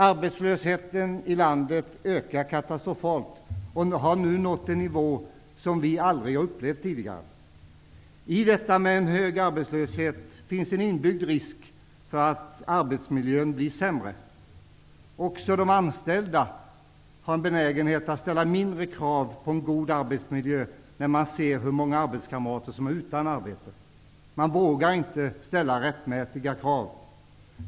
Arbetslösheten i landet ökar katastrofalt och har nu nått en nivå som vi aldrig har upplevt tidigare. I en hög arbetslöshet finns en inbyggd risk för att arbetsmiljön blir sämre. Också de anställda har en benägenhet att ställa mindre krav på en god arbetsmiljö när de ser hur många f.d. arbetskamrater som är utan arbete. De vågar inte ställa rättmätiga krav.